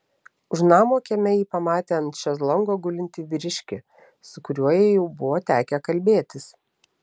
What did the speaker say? už namo kieme ji pamatė ant šezlongo gulintį vyriškį su kuriuo jai jau buvo tekę kalbėtis